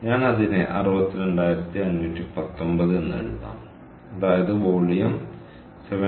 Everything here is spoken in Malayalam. ഞാൻ അതിനെ 62519 എന്ന് എഴുതാം അതായത് വോളിയം 7